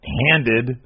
handed